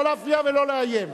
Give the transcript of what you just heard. לא להפריע ולא לאיים.